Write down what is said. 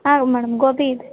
ಹಾಂ ಮೇಡಮ್ ಗೋಬಿ ಇದೆ